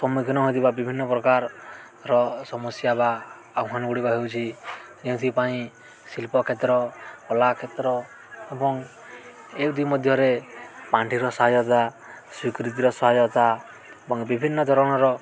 ସମ୍ମୁଖୀନ ହୋଇଥିବା ବିଭିନ୍ନ ପ୍ରକାରର ସମସ୍ୟା ବା ଆହ୍ୱାନ ଗୁଡ଼ିକ ହେଉଛି ଯେଉଁଥିପାଇଁ ଶିଳ୍ପ କ୍ଷେତ୍ର କଲା କ୍ଷେତ୍ର ଏବଂ ଏ ଦୁଇ ମଧ୍ୟରେ ପାଣ୍ଠିର ସହାୟତା ସ୍ୱୀକୃତିର ସହାୟତା ଏବଂ ବିଭିନ୍ନ ଧରଣର